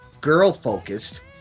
girl-focused